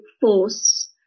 force